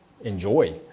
enjoy